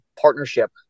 partnership